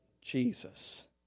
Jesus